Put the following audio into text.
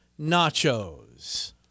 nachos